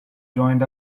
joined